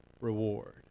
reward